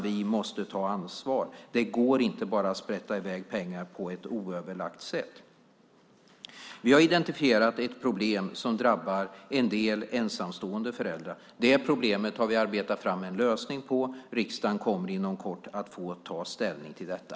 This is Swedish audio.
Vi måste ta ansvar. Det går inte att bara sprätta över pengar på ett oöverlagt sätt. Vi har identifierat ett problem som drabbar en del ensamstående föräldrar. Det problemet har vi arbetat fram en lösning på. Riksdagen kommer inom kort att få ta ställning till detta.